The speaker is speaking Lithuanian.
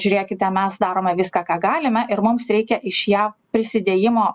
žiūrėkite mes darome viską ką galime ir mums reikia iš jav prisidėjimo